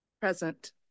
Present